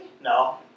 No